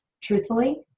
truthfully